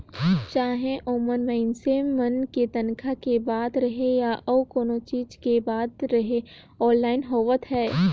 चाहे ओमन मइनसे मन के तनखा के बात रहें या अउ कोनो चीच के बात रहे आनलाईन होवत हे